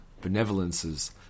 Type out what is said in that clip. benevolences